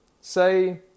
say